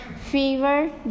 fever